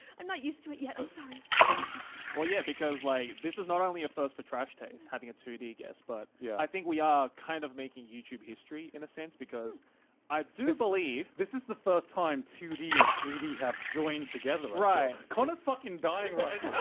i'm not used to it yet, i'm sorry. well, yeah, because like, this is not only a first for trash taste having a two d guest, but yeah i think we are kind of making youtube history in a sense, because i do believe. this is the first time two d and three d have joined together. right. connor's fucking dying right